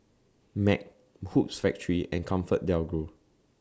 MAG Hoops Factory and ComfortDelGro